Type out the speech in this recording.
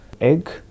egg